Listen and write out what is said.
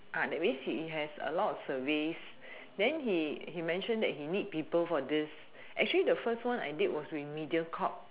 that means he has a lot of surveys then he he mention that he need people for this actually the first one I did was with mediacorp